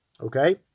Okay